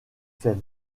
fait